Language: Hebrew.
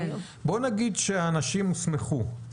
בואו נגיד שהאנשים הוסמכו,